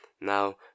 Now